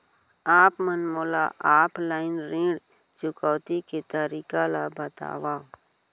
आप मन मोला ऑफलाइन ऋण चुकौती के तरीका ल बतावव?